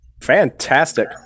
Fantastic